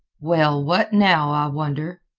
well, what now, i wonder?